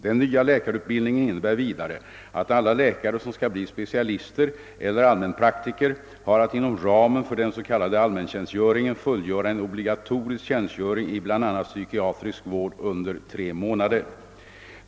Den nya läkarutbildningen innebär vidare att alla läkare som skall bli specialister eller allmänpraktiker har att inom ramen för den s.k. allmäntjänstgöringen fullgöra en obligatorisk tjänstgöring i bl.a. psykiatrisk vård under tre månader.